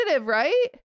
right